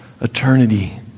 Eternity